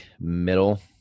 middle